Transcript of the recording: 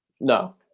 No